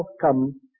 come